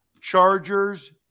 Chargers